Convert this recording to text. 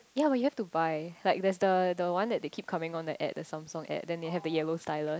ya but you have to buy like there's the the one that keep coming on the ad the Samsung ad then you have the yellow stylus